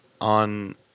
on